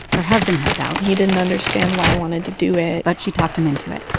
her husband had doubts he didn't understand why i wanted to do it but she talked him into it.